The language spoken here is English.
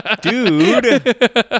Dude